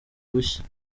bushya